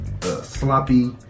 sloppy